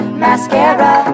mascara